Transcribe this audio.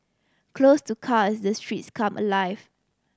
closed to cars the streets come alive